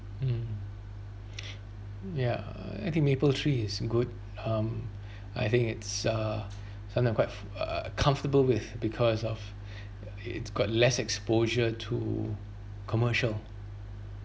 mm ya I think mapletree is good um I think it's uh something I'm quite uh comfortable with because of its got less exposure to commercial